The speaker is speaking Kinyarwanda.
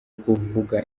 kuvuga